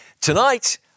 Tonight